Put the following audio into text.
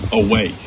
away